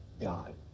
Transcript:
God